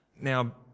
Now